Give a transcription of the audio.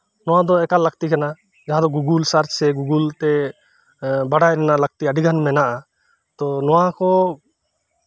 ᱱᱚᱶᱟ ᱫᱚ ᱮᱠᱟᱞ ᱞᱟᱹᱠᱛᱤ ᱠᱟᱱᱟ ᱡᱟᱦᱟᱸᱨᱮ ᱜᱩᱜᱳᱞ ᱥᱟᱨᱪ ᱥᱮ ᱜᱩᱜᱳᱞᱛᱮ ᱵᱟᱲᱟᱭ ᱨᱮᱱᱟᱜ ᱞᱟᱹᱠᱛᱤ ᱟᱹᱰᱤᱜᱟᱱ ᱢᱮᱱᱟᱜᱼᱟ ᱛᱚ ᱱᱚᱶᱟ ᱠᱚ